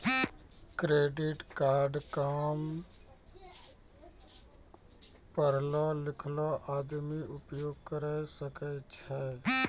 Credit card काम पढलो लिखलो आदमी उपयोग करे सकय छै?